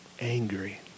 angry